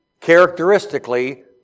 characteristically